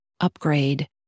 upgrade